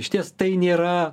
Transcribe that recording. išties tai nėra